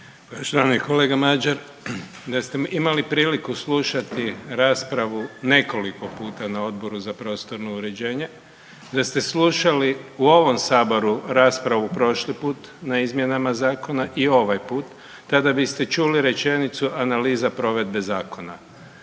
Poštovani kolega Mađar, da ste me imali priliku slušati raspravu nekoliko puta na Odboru za prostorno uređenje, da ste slušali u ovom Saboru raspravu prošli put na izmjenama Zakona i ovaj put, tada biste čuli rečenicu analiza provedbe zakona.